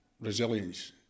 resilience